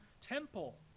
temple